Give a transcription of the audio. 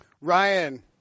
Ryan